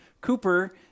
Cooper